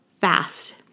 fast